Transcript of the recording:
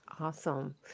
Awesome